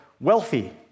wealthy